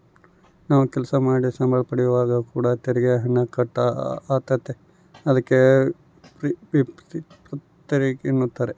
ನಾವು ಕೆಲಸ ಮಾಡಿ ಸಂಬಳ ಪಡೆಯುವಾಗ ಕೂಡ ತೆರಿಗೆ ಹಣ ಕಟ್ ಆತತೆ, ಅದಕ್ಕೆ ವ್ರಿತ್ತಿಪರ ತೆರಿಗೆಯೆನ್ನುವರು